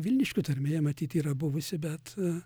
vilniškių tarmėje matyt yra buvusi bet